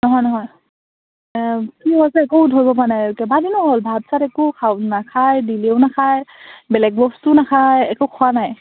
নহয় নহয় কি হৈছে একো ধৰিবপৰা নাই কেবাদিনো হ'ল ভাত চাত একো খাওঁ নাখায় দিলেও নাখায় বেলেগ বস্তুও নাখায় একো খোৱা নাই